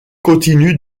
continue